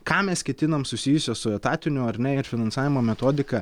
ką mes ketinam susijusio su etatiniu ar ne ir finansavimo metodika